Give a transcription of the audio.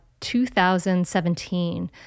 2017